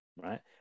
Right